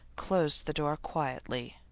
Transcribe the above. closed the door quietly.